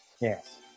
Yes